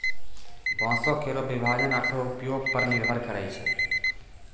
बांसों केरो विभाजन ओकरो उपयोग पर निर्भर करै छै